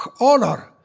honor